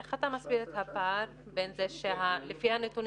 איך אתה מסביר את הפער בין זה שלפי הנתונים